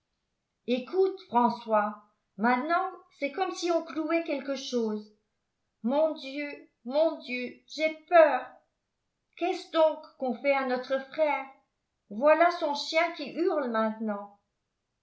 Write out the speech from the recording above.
écoute françois maintenant c'est comme si on clouait quelque chose mon dieu mon dieu j'ai peur qu'est-ce donc qu'on fait à notre frère voilà son chien qui hurle maintenant